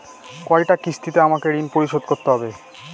কয়টা কিস্তিতে আমাকে ঋণ পরিশোধ করতে হবে?